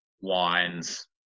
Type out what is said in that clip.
Wines